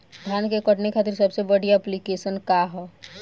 धान के कटनी खातिर सबसे बढ़िया ऐप्लिकेशनका ह?